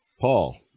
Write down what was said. Paul